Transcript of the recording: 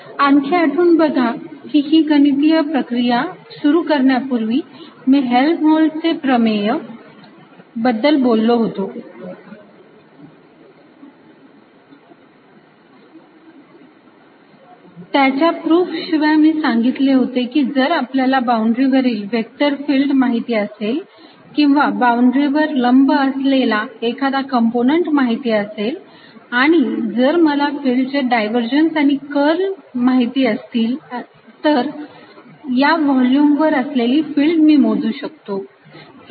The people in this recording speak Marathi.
Erρ0 आणखी आठवून बघा की ही गणितीय प्रक्रिया सुरू करण्यापूर्वी मी हेल्होल्ट्जचे प्रमेय Helmholtz's theorem बद्दल बोललो होतो त्याच्या प्रूफ शिवाय मी सांगितले होते की जर आपल्याला बाऊंड्री वरील व्हेक्टर फिल्ड माहिती असेल किंवा बाऊंड्री वर लंब असलेला एखादा कंपोनंट माहिती असेल आणि जर मला फिल्डचे डायव्हर्जन्स आणि कर्ल माहिती असेल तर या व्हॉल्युम वर असलेली फिल्ड मी मोजू शकतो